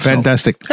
Fantastic